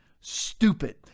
stupid